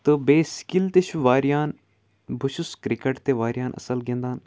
تہٕ بیٚیہِ سِکِل تہِ چھِ واریاہَن بہٕ چھُس کِرٛکَٹ تہِ واریاہَن اَصٕل گِنٛدان